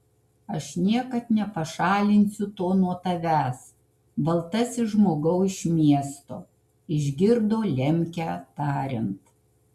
aš niekad nepašalinsiu to nuo tavęs baltasis žmogau iš miesto išgirdo lemkę tariant